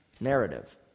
narrative